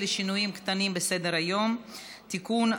(תיקון,